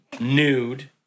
nude